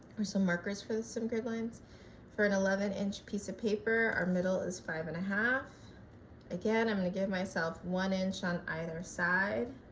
or some markers for some grid lines for an eleven inch piece of paper our middle is five and a half again i'm going to give myself one inch on either side